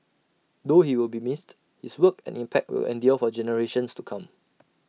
though he will be missed his work and impact will endure for generations to come